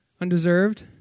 Undeserved